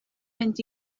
mynd